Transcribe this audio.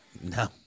No